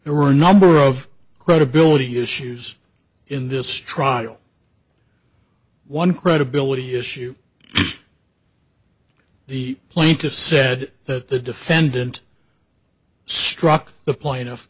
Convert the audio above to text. there are a number of credibility issues in this trial one credibility issue the plaintiff said that the defendant struck the plaintiff